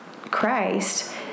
Christ